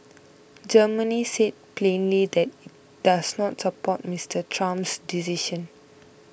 Germany said plainly that does not support Mr Trump's decision